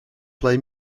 play